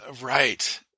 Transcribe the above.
right